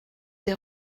des